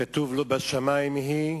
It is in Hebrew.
כתוב: לא בשמים היא,